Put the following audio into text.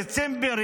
דצמבר,